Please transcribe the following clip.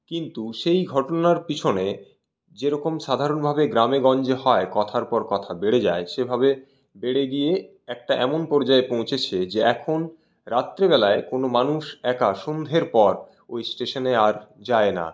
কিন্তু সেই ঘটনার পিছনে যেরকম সাধারণভাবে গ্রামেগঞ্জে হয় কথার পর কথা বেড়ে যায় সেভাবে বেড়ে গিয়ে একটা এমন পর্যায়ে পৌঁছেছে যে এখন রাত্রেবেলায় কোনো মানুষ একা সন্ধ্যের পর ওই স্টেশনে আর যায় না